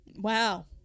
Wow